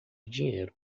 dinheiro